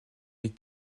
les